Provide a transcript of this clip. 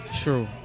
True